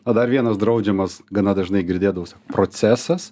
o dar vienas draudžiamas gana dažnai girdėdavos procesas